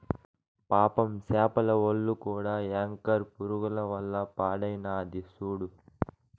పాపం సేపల ఒల్లు కూడా యాంకర్ పురుగుల వల్ల పాడైనాది సూడు